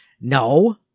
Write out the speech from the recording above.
No